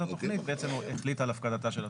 התכנית בעצם החליט על הפקדתה של התכנית.